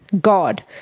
God